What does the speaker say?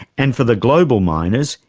and for the global miners,